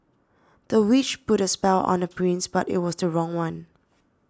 the witch put a spell on the prince but it was the wrong one